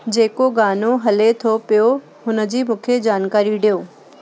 जेको गानो हले थो पियो हुन जी मूंखे जानकारी ॾियो